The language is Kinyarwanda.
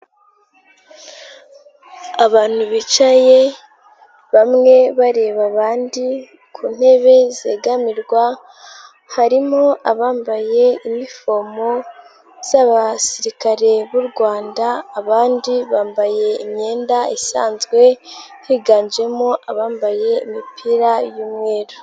Abantu bicaye, bamwe bareba abandi ku ntebe zegamirwa, harimo abambaye inifomo z'abasirikare b'u Rwanda, abandi bambaye imyenda isanzwe, higanjemo abambaye imipira y'umweru.